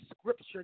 scripture